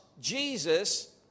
Jesus